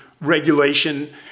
regulation